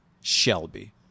Shelby